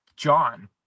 john